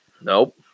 Nope